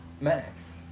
Max